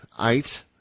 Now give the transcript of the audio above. eight